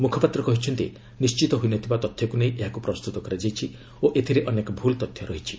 ମୁଖପାତ୍ର କହିଛନ୍ତି ନିଶ୍ଚିତ ହୋଇ ନ ଥିବା ତଥ୍ୟକୁ ନେଇ ଏହାକୁ ପ୍ରସ୍ତୁତ କରାଯାଇଛି ଓ ଏଥିରେ ଅନେକ ଭୁଲ ତଥ୍ୟ ରହିଛି